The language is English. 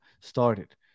started